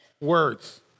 words